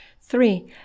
three